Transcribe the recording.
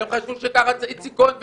והם חשבו שככה איציק כהן וגפני.